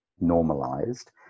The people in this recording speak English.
normalized